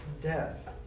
death